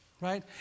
Right